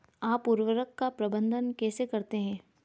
आप उर्वरक का प्रबंधन कैसे करते हैं?